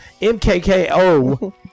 MKKO